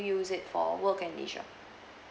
use it for work and leisure